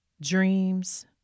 dreams